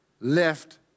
left